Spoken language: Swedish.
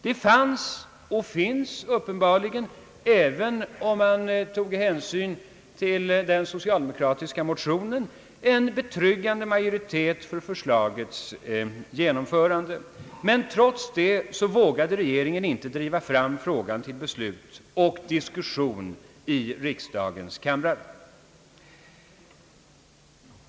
Det fanns och finns uppenbarligen, även om hänsyn tas till den socialdemokratiska motionen, en betryggande majoritet för förslagets genomförande, men trots detta vågar regeringen inte driva fram frågan till beslut och diskussion i riksdagens kamrar.